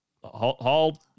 hold